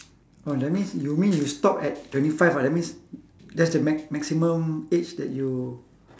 oh that means you mean you stop at twenty five ah that means that's the max~ maximum age that you